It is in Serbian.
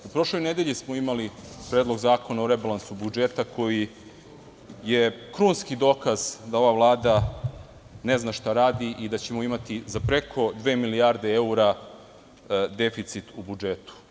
U prošloj nedelji smo imali Predlog zakona o rebalansu budžeta, koji je krunski dokaz da ova Vlada ne zna šta radi i da ćemo imati za preko dve milijarde evra deficit u budžetu.